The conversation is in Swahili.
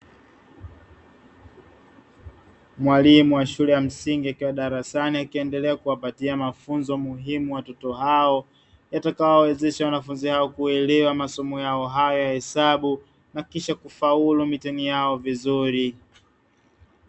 Mwalimu wa shule ya msingi akiwa darasani akiendelea kuwapa mafunzo muhimu watoto hao, yatakayowawezesha wanafunzi hao kuelewa masomo yao hayo ya hesabu na kisha kufaulu mitihani yao vizuri.